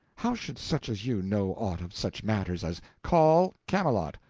how should such as you know aught of such matters as call camelot!